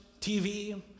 TV